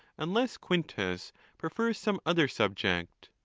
unless quintus prefers some other subject.